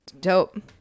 Dope